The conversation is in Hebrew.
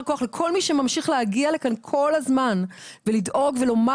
כוח לכל מי שממשיך להגיע לכאן כל הזמן ולדאוג ולומר